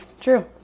True